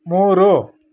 ಮೂರು